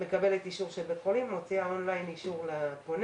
מקבלת אישור של בית החולים ומוציאה און ליין אישור לפונה.